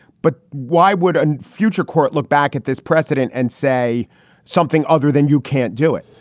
but why would a future court look back at this precedent and say something other than you can't do it?